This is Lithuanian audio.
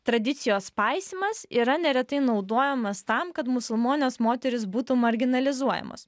tradicijos paisymas yra neretai naudojamas tam kad musulmonės moterys būtų marginalizuojamos